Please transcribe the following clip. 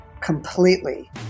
completely